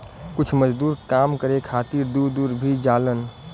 कुछ मजदूर काम करे खातिर दूर दूर भी जालन